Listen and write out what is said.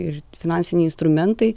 ir finansiniai instrumentai